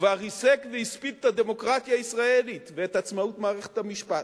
כבר ריסק והספיד את הדמוקרטיה הישראלית ואת עצמאות מערכת המשפט,